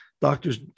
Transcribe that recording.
doctors